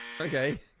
Okay